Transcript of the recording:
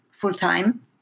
full-time